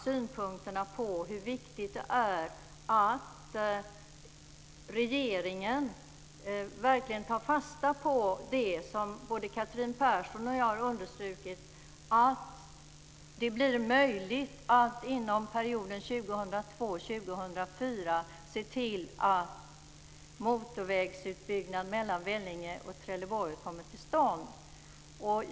Jag ville föra fram hur viktigt det är att regeringen tar fasta på det som Catherine Persson och jag har understrukit om att motorvägsutbyggnaden mellan Vellinge och Trelleborg kommer till stånd under perioden 2002 2004.